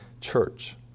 church